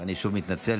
אני שוב מתנצל.